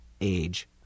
age